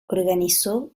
organizó